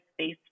space